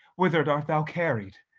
whither art thou carried?